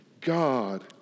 God